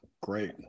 Great